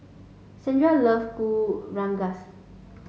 Sandra love Kuih Rengas